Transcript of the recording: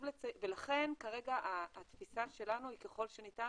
לכן כרגע התפיסה שלנו היא ככל שניתן